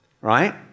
right